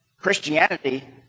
Christianity